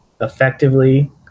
effectively